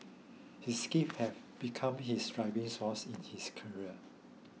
his grief have become his driving force in his career